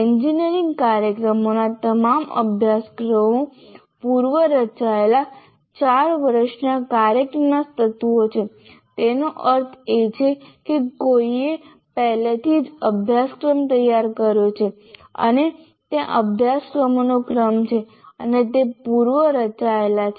engineering કાર્યક્રમોના તમામ અભ્યાસક્રમો પૂર્વ રચાયેલ 4 વર્ષના કાર્યક્રમના તત્વો છે તેનો અર્થ એ છે કે કોઈએ પહેલેથી જ અભ્યાસક્રમ તૈયાર કર્યો છે અને ત્યાં અભ્યાસક્રમોનો ક્રમ છે અને તે પૂર્વ રચાયેલ છે